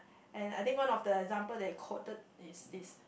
and I think one of the example they quoted is this